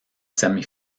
semi